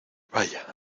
vaya